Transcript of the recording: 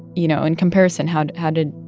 you know, in comparison, how how did